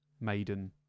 Maiden